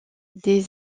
des